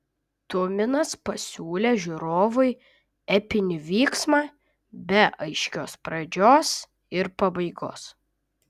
tuminas pasiūlė žiūrovui epinį vyksmą be aiškios pradžios ir pabaigos